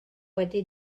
wedi